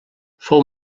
fou